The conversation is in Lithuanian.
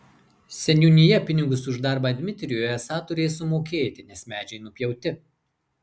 seniūnija pinigus už darbą dmitrijui esą turės sumokėti nes medžiai nupjauti